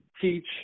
teach